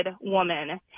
woman